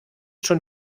schon